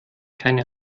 keine